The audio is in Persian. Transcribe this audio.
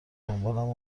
دنبالم